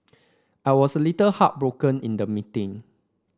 I was a little heartbroken in the meeting